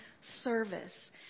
service